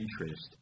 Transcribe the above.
interest